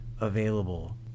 available